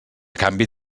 canvi